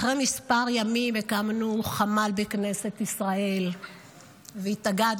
אחרי כמה ימים הקמנו חמ"ל בכנסת ישראל והתאגדנו,